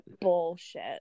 bullshit